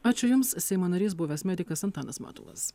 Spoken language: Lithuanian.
ačiū jums seimo narys buvęs medikas antanas matulas